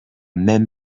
même